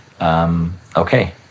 Okay